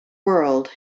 world